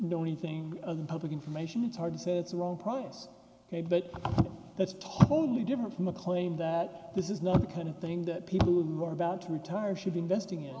know anything of the public information it's hard to say it's wrong priced ok but that's totally different from a claim that this is not the kind of thing that people who are about to retire should be investing in